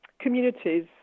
communities